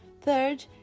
Third